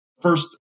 first